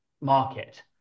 market